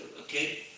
okay